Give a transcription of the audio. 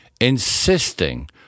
Insisting